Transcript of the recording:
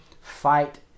fight